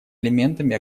элементами